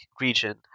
region